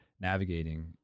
navigating